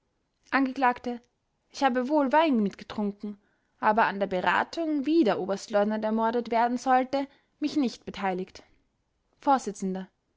angekl ich habe wohl wein mitgetrunken aber an der beratung wie der oberstleutnant ermordet werden sollte mich nicht beteiligt